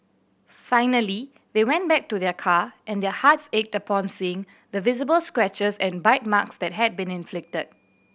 finally they went back to their car and their hearts ached upon seeing the visible scratches and bite marks that had been inflicted